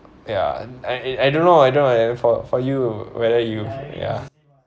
ya and and I I don't know I don't know for for you whether you've ya